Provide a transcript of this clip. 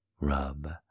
Rub